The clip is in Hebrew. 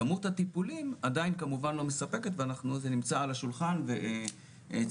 כמות הטיפולים עדיין כמובן לא מספקת וזה נמצא על השולחן וציינתם